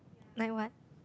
like what